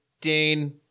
Dane